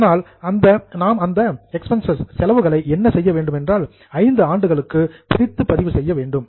அதனால் நாம் அந்த எக்ஸ்பென்ஸ்சஸ் செலவுகளை என்ன செய்ய வேண்டும் என்றால் 5 ஆண்டுகளுக்கும் பிரித்து பதிவு செய்ய வேண்டும்